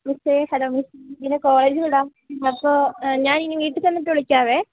മിസ്സേ hello miss പിന്നെ college വിടാം അപ്പോൾ ഞാനിനി വീട്ടിൽ ചെന്നിട്ട് വിളിക്കാവേ